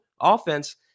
offense